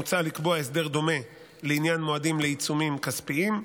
מוצע לקבוע הסדר דומה לעניין מועדים לעיצומים כספיים,